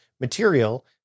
material